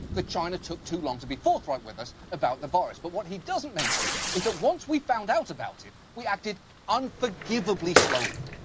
that china took too long to be forthright with us about the virus, but what he doesn't mention is that once we found out about it, we acted unforgivably slowly.